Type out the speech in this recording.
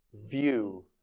view